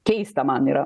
keista man yra